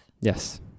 yes